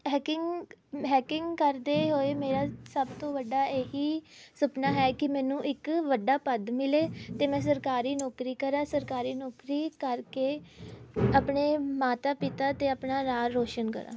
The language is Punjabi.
ਹੈਕਿੰਗ ਹੈਕਿੰਗ ਕਰਦੇ ਹੋਏ ਮੇਰਾ ਸਭ ਤੋਂ ਵੱਡਾ ਇਹੀ ਸੁਪਨਾ ਹੈ ਕਿ ਮੈਨੂੰ ਇੱਕ ਵੱਡਾ ਪਦ ਮਿਲੇ ਅਤੇ ਮੈਂ ਸਰਕਾਰੀ ਨੌਕਰੀ ਕਰਾ ਸਰਕਾਰੀ ਨੌਕਰੀ ਕਰਕੇ ਆਪਣੇ ਮਾਤਾ ਪਿਤਾ ਅਤੇ ਆਪਣਾ ਰਾਂ ਰੌਸ਼ਨ ਕਰਾਂ